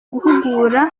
guhugura